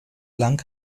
lang